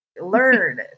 learn